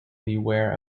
beware